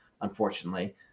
unfortunately